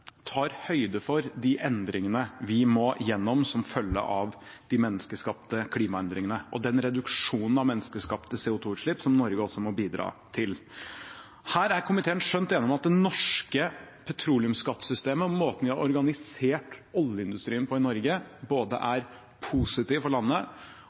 tar høyde for de endringene vi må gjennom som følge av de menneskeskapte klimaendringene og den reduksjonen av menneskeskapte CO2-utslipp som Norge også må bidra til. Her er komiteen skjønt enige om at det norske petroleumsskattesystemet og måten vi har organisert oljeindustrien på i Norge, er både positiv for landet